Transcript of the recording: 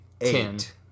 eight